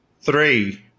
three